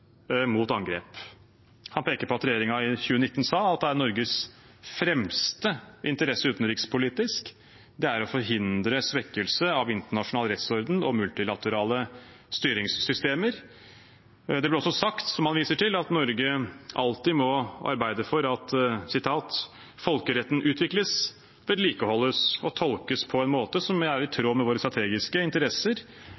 mot angrep.» Han peker på at regjeringen i 2019 sa at «Norges fremste utenrikspolitiske interesse er å forhindre svekkelse av internasjonal rettsorden og multilaterale styringssystemer». Det ble også sagt – som han viser til – at Norge alltid må «arbeide for at folkeretten utvikles, vedlikeholdes og tolkes på en måte som er i